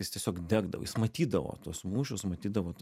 jis tiesiog degdavo jis matydavo tuos mūšius matydavo